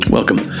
Welcome